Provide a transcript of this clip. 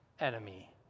enemy